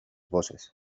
voces